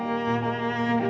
and